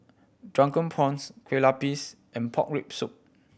Drunken Prawns Kueh Lapis and pork rib soup